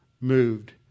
moved